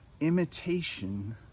Imitation